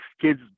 Kids